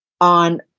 on